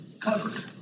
covered